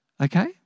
Okay